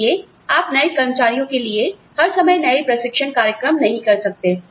इसलिए आप नए कर्मचारियों के लिए हर समय नए प्रशिक्षण कार्यक्रम नहीं कर सकते